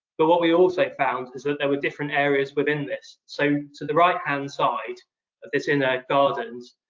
but what we also found is that there were different areas within this. so, to the right-hand side of this inner gardens,